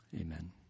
Amen